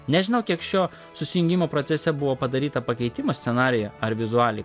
nežinau kiek šio susijungimo procese buvo padaryta pakeitimų scenarijuje ar vizualiai